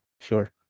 sure